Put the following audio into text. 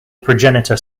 progenitor